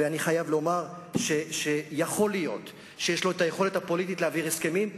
ואני חייב לומר שיכול להיות שיש לו היכולת הפוליטית להעביר הסכמים,